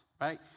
right